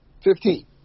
Fifteen